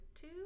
two